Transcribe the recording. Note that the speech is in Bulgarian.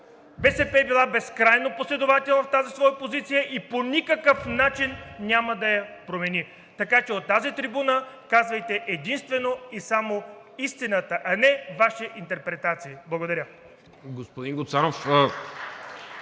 БСП е била безкрайно последователна в тази своя позиция и по никакъв начин няма да я промени. Така че от тази трибуна, казвайте единствено и само истината, а не Ваша интерпретация. Благодаря.